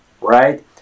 right